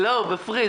הוא בפריז.